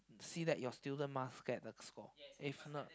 see your student must get the score if not